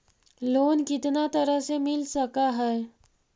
Loan कितना तरह से मिल सक है?